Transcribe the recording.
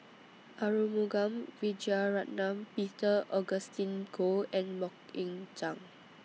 Arumugam Vijiaratnam Peter Augustine Goh and Mok Ying Jang